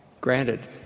Granted